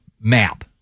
map